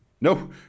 No